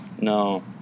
No